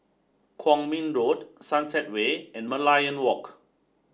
Kwong Min Road Sunset Way and Merlion Walk